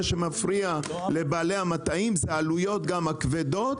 שמפריע לבעלי המטעים זה עלויות גם הכבדות,